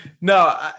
No